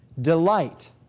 Delight